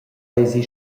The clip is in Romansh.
eisi